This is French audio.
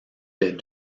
des